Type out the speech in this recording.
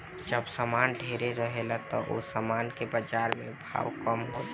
जब सामान ढेरे रहेला त ओह सामान के बाजार में भाव कम हो जाला